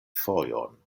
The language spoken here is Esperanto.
fojon